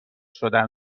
شدن